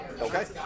Okay